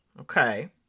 Okay